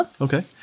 Okay